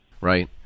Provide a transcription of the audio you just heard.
Right